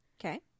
Okay